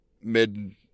mid